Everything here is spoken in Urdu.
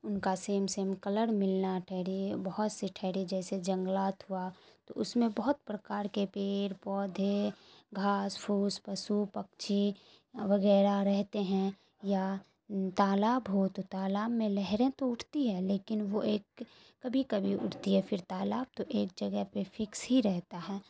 ان کا سیم سیم کلر ملنا ٹھہرے بہت سے ٹھہرے جیسے جنگلات ہوا تو اس میں بہت پرکار کے پیڑ پودے گھاس پھوس پشو پکشی وغیرہ رہتے ہیں یا تالاب ہو تو تالاب میں لہریں تو اٹھتی ہیں لیکن وہ ایک کبھی کبھی اٹھتی ہے پھر تالاب تو ایک جگہ پہ فکس ہی رہتا ہے